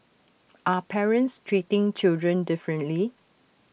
are parents treating children differently